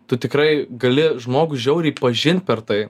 tu tikrai gali žmogų žiauriai pažint per tai